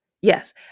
yes